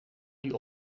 die